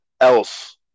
else